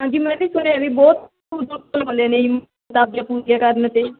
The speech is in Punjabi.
ਹਾਂਜੀ ਮੈਂ ਵੀ ਸੁਣਿਆ ਵੀ ਬਹੁਤ ਦੂਰ ਦੂਰ ਤੋਂ ਅਉਂਦੇ ਨੇ ਜੀ ਕਰਨ ਅਤੇ